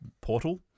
portal